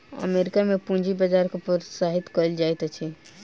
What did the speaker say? America में पूंजी बजार के प्रोत्साहित कयल जाइत अछि